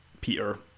Peter